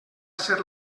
ser